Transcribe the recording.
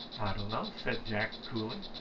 i d'know, said jack coolly.